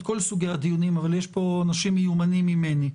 כל סוגי הדיונים אבל יש פה אנשים מיומנים ממני.